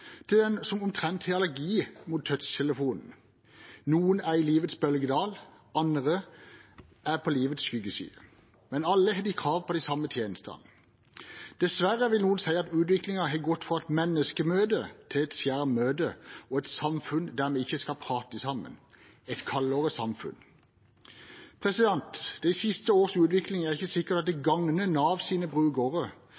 til dem som omtrent har allergi mot touch-telefonen. Noen er i livets bølgedal, andre er på livets skyggeside. Men alle har krav på de samme tjenestene. Noen vil si at utviklingen dessverre har gått fra et menneskemøte til et skjermmøte og et samfunn der vi ikke skal prate sammen – et kaldere samfunn. Det er ikke sikkert at de siste års utvikling gagner Navs brukere og kanskje heller ikke det